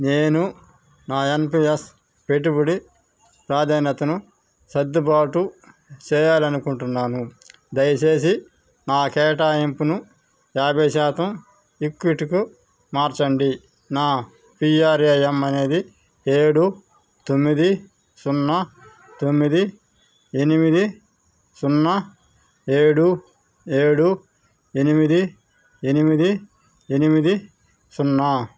నేను నా ఎన్పిఎస్ పెట్టుబడి ప్రాధాన్యతను సర్దుబాటు చేయాలనుకుంటున్నాను దయచేసి నా కేటాయింపును యాభై శాతం ఈక్విట్కు మార్చండి నా పీఆర్ఏఎన్ అనేది ఏడు తొమ్మిది సున్నా తొమ్మిది ఎనిమిది సున్నా ఏడు ఏడు ఎనిమిది ఎనిమిది ఎనిమిది సున్నా